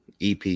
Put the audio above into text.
EP